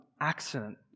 accident